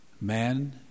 Man